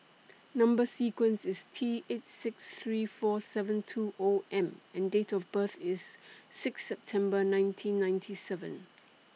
Number sequence IS T eight six three four seven two O M and Date of birth IS Sixth September nineteen ninety seven